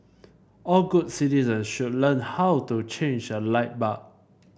all good citizen should learn how to change a light bulb